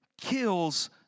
kills